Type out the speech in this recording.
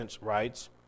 rights